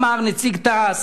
אמר נציג תע"ש,